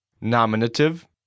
nominative